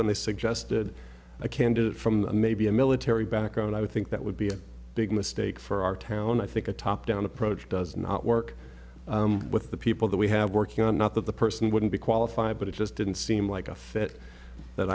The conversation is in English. when they suggested a candidate from maybe a military background i would think that would be a big mistake for our town i think a top down approach does not work with the people that we have working on not that the person wouldn't be qualified but it just didn't seem like a fit that